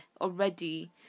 already